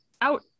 out